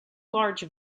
large